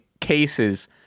cases